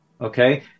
okay